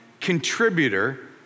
contributor